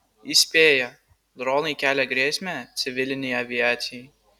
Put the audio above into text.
įspėja dronai kelia grėsmę civilinei aviacijai